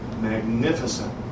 magnificent